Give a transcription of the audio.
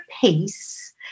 Pace